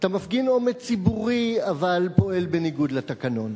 אתה מפגין אומץ, אבל פועל בניגוד לתקנון.